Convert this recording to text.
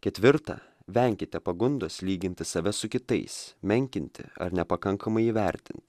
ketvirta venkite pagundos lyginti save su kitais menkinti ar nepakankamai įvertint